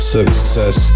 Success